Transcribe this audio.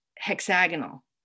hexagonal